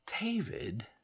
David